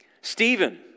Stephen